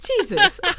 Jesus